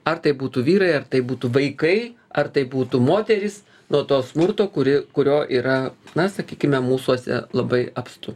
ar tai būtų vyrai ar tai būtų vaikai ar tai būtų moterys nuo to smurto kuri kurio yra na sakykime mūsuose labai apstu